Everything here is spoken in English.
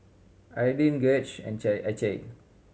Ardyce Gauge and